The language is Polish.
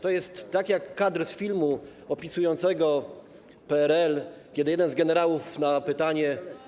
To jest tak jak z kadr z filmu opisującego PRL, kiedy jeden z generałów na pytanie.